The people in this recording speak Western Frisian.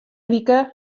wike